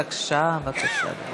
בבקשה.